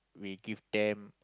we give them